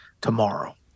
tomorrow